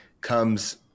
comes